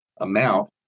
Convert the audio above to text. amount